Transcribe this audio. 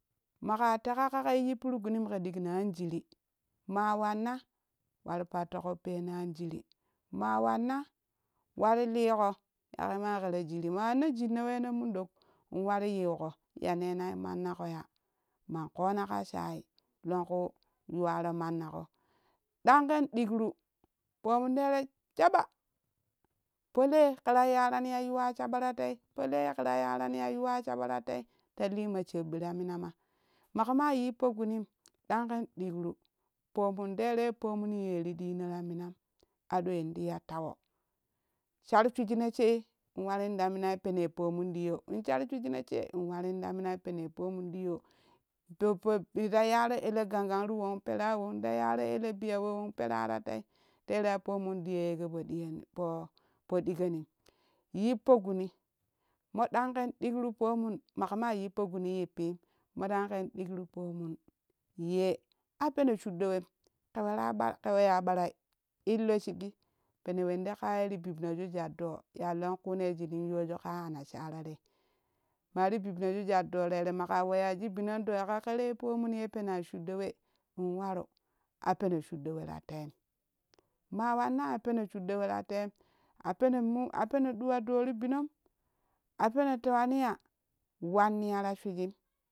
Maƙa teƙa ƙaƙoi yippiru gunin ke ɗikno an jiri maa wanna wa ti pattoƙo peen anjiri maa wanna wa ti liƙo ya ke maa ke ta jjiri maa ti jir weeno mundok wa te yinƙo ya wenai mannaƙo ya man ƙoona ka shaai longku yuwaro manaƙo dang ken dikru pomun tere shaɓa po le kɛ ta yaarani ya yuwaa shaɓa ta tei po le ya ke ta yaarani ya yuwa shaɓa ta tei ta lima shaɓɓi ta minama maƙo ma yippo gunim dang kɛn dikri pomun tere pomun yee ti ɗiino ta minam adoi ti ya tawo shar shwijimo she in warin ta minai penci pomun ɗiyoo im sharu shwiyino she in warin ta minai penei pomun ɗiyoo dobbo a ti yaaro ele gangan ti womun peraa won ta yaroo ele biya we won peraa ta tei teraa pomun ɗiyo ye kɛ po diep po po diƙonim yippo guni mo dand kɛn dikri pomun kɛ ma yippo guni yippiim modang ken ɗokru pomun ye a peno shuɗɗo wem kɛ war bar kɛ weyai ɓara illo shiyi pene wende kaa ye ti bibnoju doo yaa longkunee ya shinun yojn kaa anasara ma ti babnoju jwal doo tere maƙaa weya shik binin dooi ka tei pomun ye penaa shuɗɗo we in waru a peno shuɗɗo we we ta teim maa wanna a peno shuɗɗo we ta teim a peno min a peno duwa doo ti binom a peno tewani ya wanniya la shiriji.